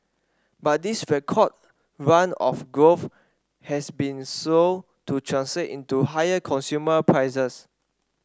but this record run of growth has been slow to translate into higher consumer prices